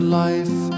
life